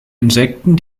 insekten